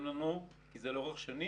איך זה נעשה בשגרה,